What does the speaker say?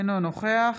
אינו נוכח